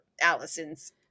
Allison's